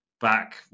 back